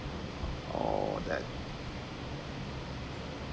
all that